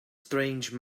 strange